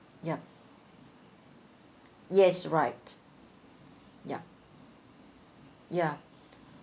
yup yes right ya ya